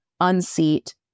unseat